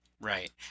Right